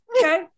Okay